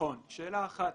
שאלה אחת.